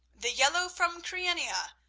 the yellow from kyrenia?